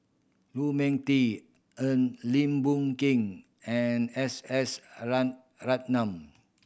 Lu Ming Teh Earl Lim Boon Keng and S S a rat a Ratnam